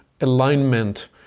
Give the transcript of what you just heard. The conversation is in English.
alignment